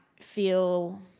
feel